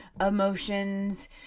emotions